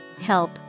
help